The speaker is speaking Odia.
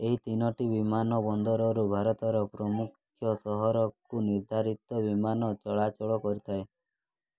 ଏହି ତିନୋଟି ବିମାନ ବନ୍ଦରରୁ ଭାରତର ପ୍ରମୁଖ ସହରକୁ ନିର୍ଦ୍ଧାରିତ ବିମାନ ଚଳାଚଳ କରିଥାଏ